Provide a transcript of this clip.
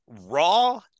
raw